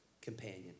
companion